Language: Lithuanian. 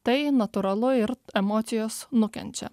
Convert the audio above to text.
tai natūralu ir emocijos nukenčia